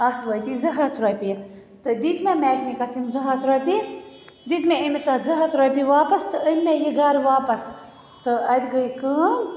اتھ وٲتی زٕ ہتھ رۄپیہِ تہٕ دِتۍ مےٚ میٚکنِکَس یِم زٕ ہتھ رۄپیہِ دِتۍ مےٚ ایٚمس اتھ زٕ ہتھ رۄپیہِ واپَس تہٕ أنۍ یہِ مےٚ گَرٕ واپَس تہٕ اَتہِ گیٚیہِ کٲم